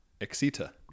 Exeter